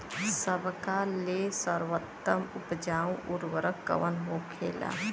सबका ले सर्वोत्तम उपजाऊ उर्वरक कवन होखेला?